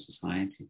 society